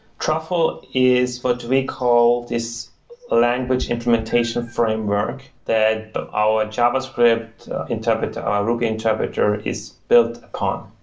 truffle is what we call this language implementation framework that our javascript interpreter, our ruby interpreter is built upon.